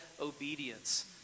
obedience